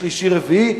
שלישי ורביעי,